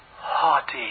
haughty